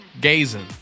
gazing